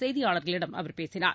செய்தியாளர்களிம் அவர் பேசினார்